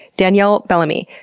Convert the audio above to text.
danielle belleny.